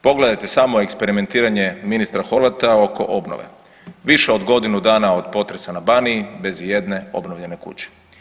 Pogledajte samo eksperimentiranje ministra Horvata oko obnove, više od godinu dana od potresa na Baniji bez ijedne obnovljene kuće.